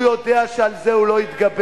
הוא יודע שעל זה הוא לא יתגבר,